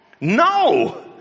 no